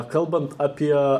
kalbant apie